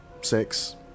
Six